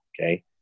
okay